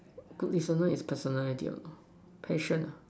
good listener is definitely be patience